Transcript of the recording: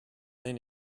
then